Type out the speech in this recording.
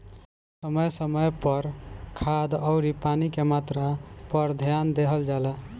समय समय पर खाद अउरी पानी के मात्रा पर ध्यान देहल जला